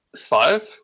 five